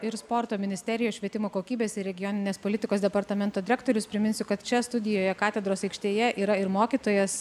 ir sporto ministerijos švietimo kokybės ir regioninės politikos departamento direktorius priminsiu kad čia studijoje katedros aikštėje yra ir mokytojas